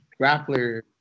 grappler